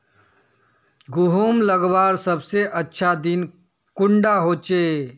गहुम लगवार सबसे अच्छा दिन कुंडा होचे?